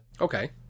Okay